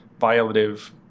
violative